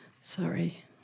Sorry